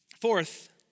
Fourth